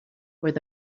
where